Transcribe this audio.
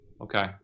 okay